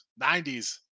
90s